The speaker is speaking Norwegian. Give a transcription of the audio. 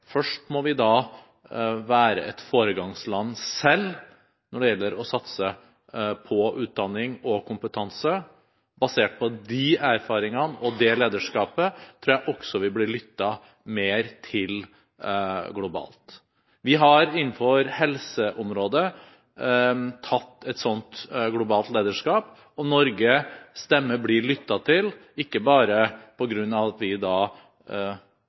vi da først må være et foregangsland selv når det gjelder å satse på utdanning og kompetanse. Basert på de erfaringene og det lederskapet tror jeg også vi blir lyttet mer til globalt. Vi har innen helseområdet tatt et sånt globalt lederskap, og Norges stemme blir lyttet til, ikke bare på grunn av at vi